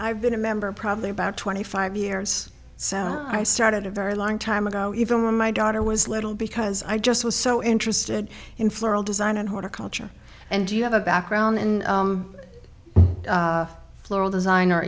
i've been a member probably about twenty five years so i started a very long time ago even when my daughter was little because i just was so interested in floral design and her culture and do you have a background in floral design